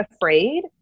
afraid